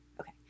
Okay